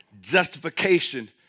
justification